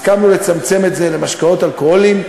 הסכמנו לצמצם את זה למשקאות אלכוהוליים.